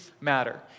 matter